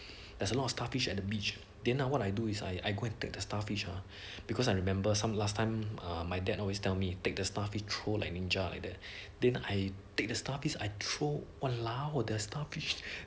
there's a lot of starfish at the beach then ah what I do is I I go and take the starfish ah because I remember some last time uh my dad always tell me you take the starfish throw and like ninja like that then I take the starfish I throw !walao! the starfish